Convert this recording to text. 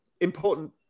important